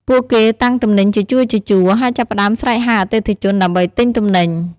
ពួកគេតាំងទំនិញជាជួរៗ ហើយចាប់ផ្តើមស្រែកហៅអតិថិជនដើម្បីទិញទំនិញ។